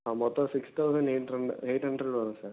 ஆ மொத்தம் six thousand eight hundred eight hundred வரும் sir